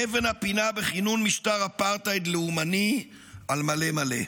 אבן הפינה בכינון משטר אפרטהייד לאומני על מלא מלא.